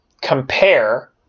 compare